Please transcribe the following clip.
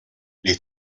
les